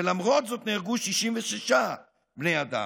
למרות זאת נהרגו 66 בני אדם,